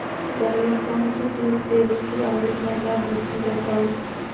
पहले कौन सा चीज देबे से आलू ज्यादा होती बताऊं?